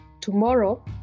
Tomorrow